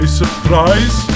surprise